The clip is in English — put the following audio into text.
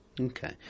Okay